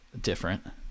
different